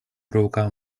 provocar